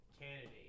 candidate